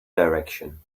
direction